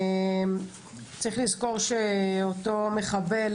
צריך לזכור שאותו מחבל